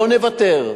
לא נוותר.